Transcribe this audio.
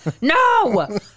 No